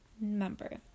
member